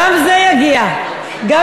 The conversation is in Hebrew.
זה צריך להיות בחוק.